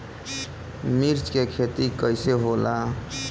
मिर्च के खेती कईसे होला?